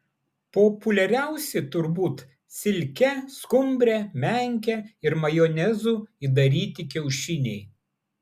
populiariausi turbūt silke skumbre menke ir majonezu įdaryti kiaušiniai